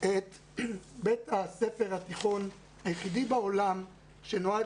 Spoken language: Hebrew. את בית הספר התיכון היחיד בעולם שנועד